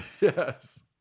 Yes